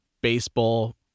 baseball